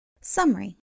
Summary